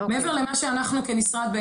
מעבר למה שאנחנו כמשרד,